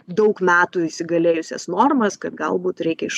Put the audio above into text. daug metų įsigalėjusias normas kad galbūt reikia iš